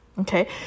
Okay